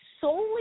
solely